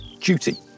duty